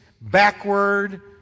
backward